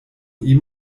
ihm